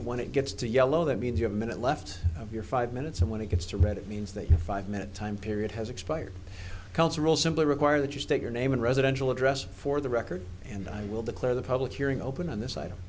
when it gets to yellow that means you have a minute left of your five minutes and when it gets to read it means that your five minute time period has expired cultural simply require that you state your name and residential address for the record and i will declare the public hearing open on this item